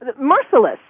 merciless